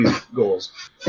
goals